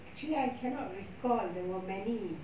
actually I cannot recall there were many